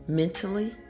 mentally